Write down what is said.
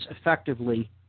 effectively